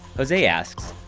jose asks,